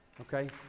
Okay